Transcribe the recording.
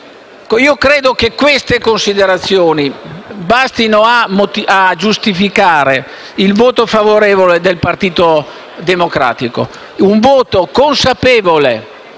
mio parere, tali considerazioni bastano a giustificare il voto favorevole del Partito Democratico, che è un voto consapevole